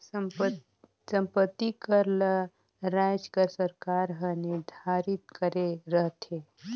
संपत्ति कर ल राएज कर सरकार हर निरधारित करे रहथे